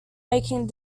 making